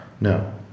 No